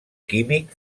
químic